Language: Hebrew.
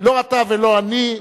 לא אתה ולא אני,